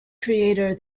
creator